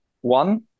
one